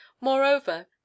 moreover